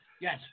Yes